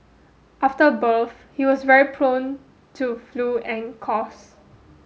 after birth he was very prone to flu and coughs